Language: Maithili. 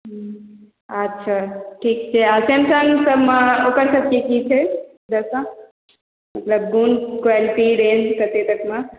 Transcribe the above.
अच्छा ठीक छै आ सैमसंगसभमे ओकरसभके की छै जेका मतलब गुण क्वालिटी रेंज कतय तकमे